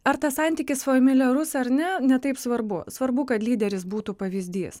ar tas santykis familiarus ar ne ne taip svarbu svarbu kad lyderis būtų pavyzdys